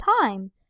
time